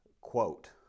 quote